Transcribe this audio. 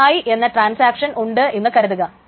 T i എന്ന transaction ഉണ്ടെന്നു കരുതുക